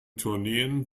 tourneen